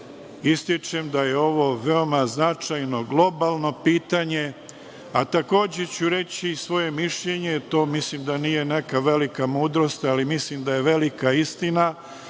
ističem da je ovo veoma značajno, globalno, pitanje, a takođe ću reći svoje mišljenje, to mislim da nije neka velika mudrost, ali mislim da je velika istina,